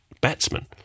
batsman